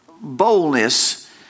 boldness